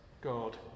God